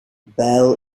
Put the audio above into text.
bell